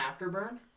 afterburn